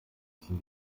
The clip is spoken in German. müssen